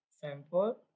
sample